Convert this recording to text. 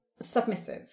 Submissive